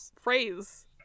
phrase